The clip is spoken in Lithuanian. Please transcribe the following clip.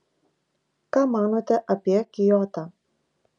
ką manote apie kiotą